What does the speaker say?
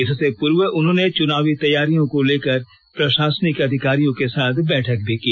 इससे पूर्व उन्होंने चुनावी तैयारियों को लेकर प्रशासनिक अधिकारियों के साथ बैठक भी की